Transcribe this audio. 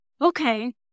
Okay